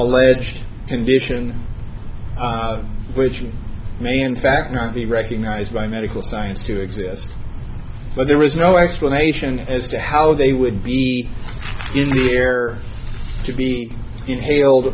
alleged condition which may in fact not be recognized by medical science to exist but there was no explanation as to how they would be in the air could be inhaled